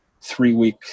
three-week